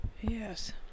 Yes